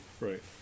Right